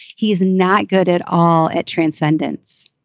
he is not good at all at transcendence